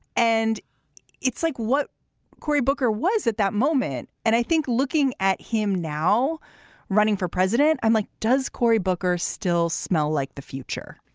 and it's like what cory booker was at that moment. and i think looking at him now running for president, i'm like, does cory booker still smell like the future?